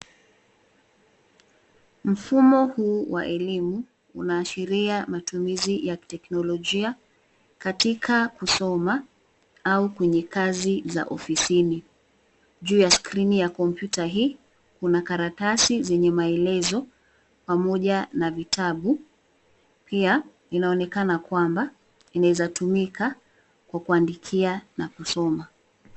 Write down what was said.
Mfumo huu wa elimu, unaashiria matumizi ya teknolojia katika kusoma, au kwenye kazi za ofisini. Juu ya skrini ya kompyuta hii, kuna karatasi zenye maelezo pamoja na vitabu. Pia inaonekana kwamba inaweza tumika kwa kuandikia na kusoma.